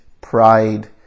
pride